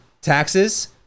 Taxes